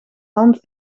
land